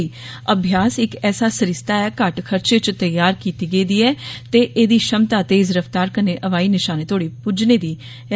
'अभ्यास' इक ऐसा सरिस्ता ऐ घट्ट खर्चे च त्यार कीता गेदा ऐ ते एदी छमता तेज रफ्तार कन्नै हवाई नशाने तोड़ी प्ज्जने दी ऐ